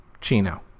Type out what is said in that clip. Chino